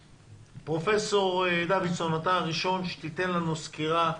פרופ' דודסון, אתה הראשון שתיתן לנו סקירה.